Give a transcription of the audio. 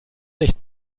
licht